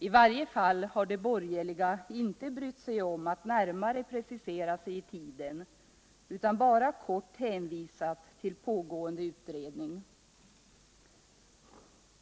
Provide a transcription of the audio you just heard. I varje fall har de borgerliga inte brytt sig om att närmare precisera sig i tiden, utan bara kort hänvisat till pågående utvärdering.